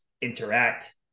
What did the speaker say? interact